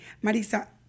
Marisa